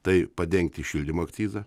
tai padengti šildymo akcizą